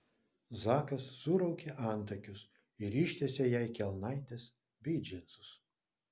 zakas suraukė antakius ir ištiesė jai kelnaites bei džinsus